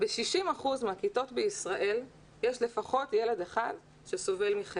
ב-60 אחוזים מהכיתות בישראל יש לפחות ילד אחד שסובל מחרם.